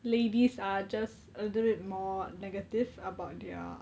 ladies are just a little but more negative about their